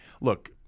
look